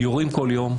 יורים כל יום,